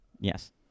Yes